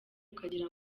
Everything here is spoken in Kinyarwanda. ukagira